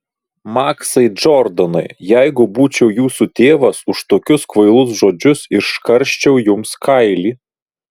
maksai džordanai jeigu būčiau jūsų tėvas už tokius kvailus žodžius iškarščiau jums kailį